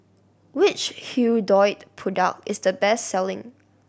which Hirudoid product is the best selling